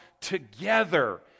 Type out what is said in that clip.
together